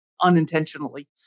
unintentionally